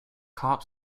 cop